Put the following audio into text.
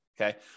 okay